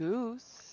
Goose